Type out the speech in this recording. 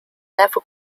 level